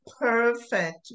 perfect